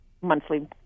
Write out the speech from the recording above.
monthly